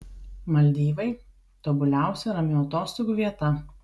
maldyvai tobuliausia ramių atostogų vieta